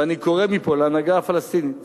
ואני קורא מפה להנהגה הפלסטינית